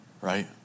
right